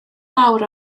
fawr